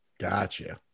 Gotcha